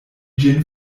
ĝin